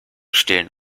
stillen